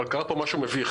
אבל קרה פה משהו מביך